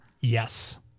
Yes